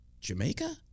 Jamaica